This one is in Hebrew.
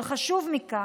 אבל חשוב מכך,